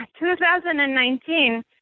2019